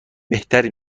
بهتری